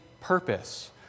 purpose